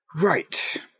Right